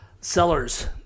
Sellers